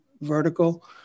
vertical